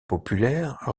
populaire